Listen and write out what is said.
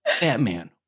Batman